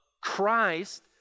Christ